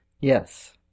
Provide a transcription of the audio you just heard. Yes